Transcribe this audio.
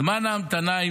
זמן ההמתנה,